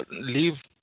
leave